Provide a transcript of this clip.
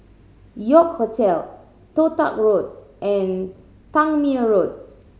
York Hotel Toh Tuck Road and Tangmere Road